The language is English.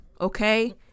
Okay